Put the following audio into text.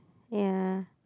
ya